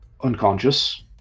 unconscious